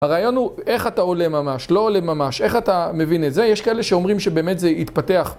הרעיון הוא איך אתה עולה ממש, לא עולה ממש, איך אתה מבין את זה. יש כאלה שאומרים שבאמת זה יתפתח.